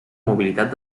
mobilitat